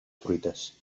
truites